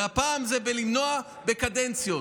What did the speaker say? והפעם בלמנוע קדנציות.